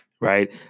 right